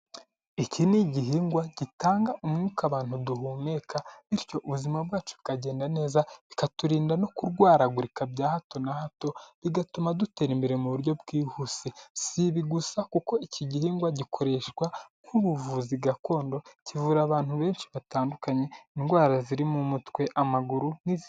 Iki ni igihingwa gitanga umwuka abantu duhumeka bityo ubuzima bwacu bukagenda neza bikaturinda no kurwaragurika bya hato na hato bigatuma dutera imbere mu buryo bwihuse, si ibi gusa kuko iki gihingwa gikoreshwa nk'ubuvuzi gakondo kivura abantu benshi batandukanye indwara zirimo umutwe amaguru n'izindi.